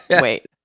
wait